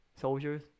soldiers